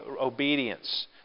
obedience